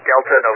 Delta